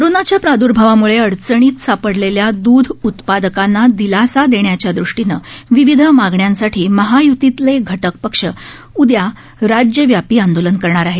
कोरोनाच्या प्रादूर्भावामूळे अडचणीत सापडलेल्या दुध उत्पादकांना दिलासा देण्याच्या दृष्टीनं विविध मागण्यांसाठी महाय्तीतले घटक पक्ष उद्या राज्यव्यापी आंदोलन करणार आहेत